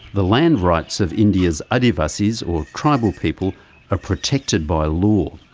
the land rights of india's adivasis or tribal people are protected by law.